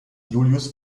julius